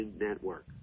network